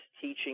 teaching